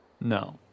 No